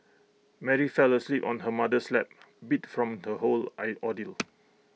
Mary fell asleep on her mother's lap beat from the whole I ordeal